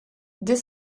dès